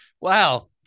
wow